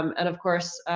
um and of course,